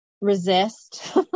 resist